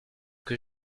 que